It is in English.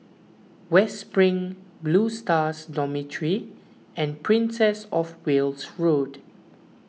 West Spring Blue Stars Dormitory and Princess of Wales Road